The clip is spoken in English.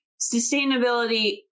sustainability